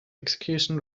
execution